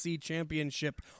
championship